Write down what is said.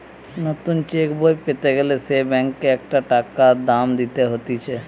নতুন চেক বই পেতে গ্যালে সে ব্যাংকে একটা টাকা দাম দিতে হতিছে